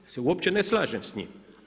Ja se uopće ne slažem s njim.